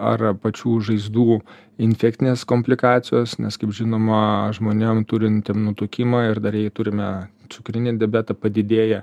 ar pačių žaizdų infektinės komplikacijos nes kaip žinoma žmonėm turintiem nutukimą ir dar jei turime cukrinį diabetą padidėja